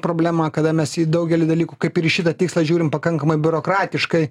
problema kada mes į daugelį dalykų kaip ir į šitą tikslą žiūrim pakankamai biurokratiškai